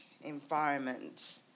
environment